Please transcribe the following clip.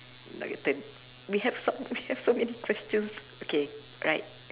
now your turn we have so we have so many questions okay right